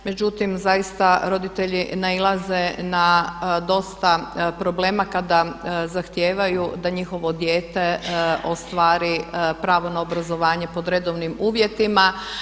Međutim, zaista roditelji nailaze na dosta problema kada zahtijevaju da njihovo dijete ostvari pravo na obrazovanje pod redovnim uvjetima.